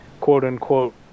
quote-unquote